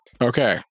Okay